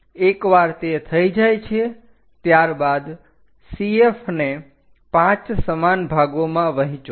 એકવાર તે થઇ જાય છે ત્યારબાદ CF ને 5 સમાન ભાગોમાં વહેચો